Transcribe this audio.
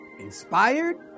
inspired